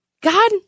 God